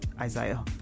Isaiah